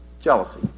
Jealousy